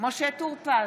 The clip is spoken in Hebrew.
משה טור פז,